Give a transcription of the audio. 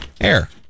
air